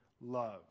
love